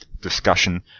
discussion